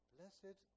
Blessed